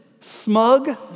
smug